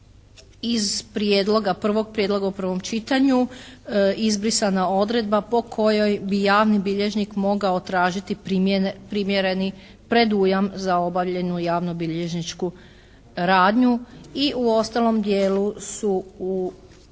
iz prijedloga, prvog prijedloga u prvom čitanju izbrisana odredba po kojoj bi javni bilježnik mogao tražiti primjereni predujam za obavljenu javnobilježničku radnju i u ostalom dijelu su u